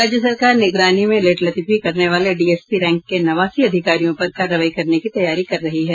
राज्य सरकार निगरानी में लेट लतीफी करने वाले डीएसपी रैंक के नवासी अधिकारियों पर कार्रवाई करने की तैयारी कर रही है